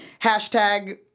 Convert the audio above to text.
hashtag